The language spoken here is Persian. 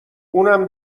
اونم